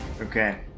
Okay